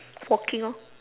walking orh